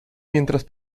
mientras